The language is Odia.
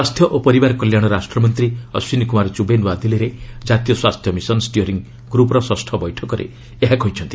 ସ୍ୱାସ୍ଥ୍ୟ ଓ ପରିବାର କଲ୍ୟାଣ ରାଷ୍ଟ୍ରମନ୍ତ୍ରୀ ଅଶ୍ୱିନୀ କୁମାର ଚୁବେ ନୂଆଦିଲ୍ଲୀରେ ଜାତୀୟ ସ୍ୱାସ୍ଥ୍ୟ ମିଶନ୍ ଷ୍ଟିଅରିଂ ଗ୍ରପ୍ର ଷଷ୍ଠ ବୈଠକରେ ଏହା କହିଛନ୍ତି